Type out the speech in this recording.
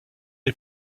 des